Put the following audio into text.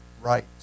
right